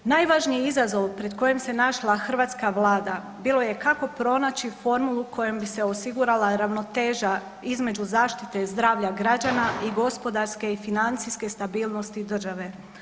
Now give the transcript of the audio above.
Najvažniji izazov pred kojim se našla hrvatska Vlada bilo je kako pronaći formulu kojom bi se osigurala ravnoteža između zaštite i zdravlje građana i gospodarske i financijske stabilnosti države.